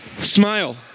Smile